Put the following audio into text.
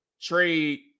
trade